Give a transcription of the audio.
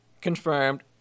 confirmed